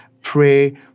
pray